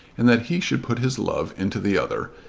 and that he should put his love into the other,